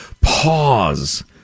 pause